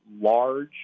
large